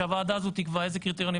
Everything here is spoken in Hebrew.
שהוועדה הזאת תקבע אילו קריטריונים,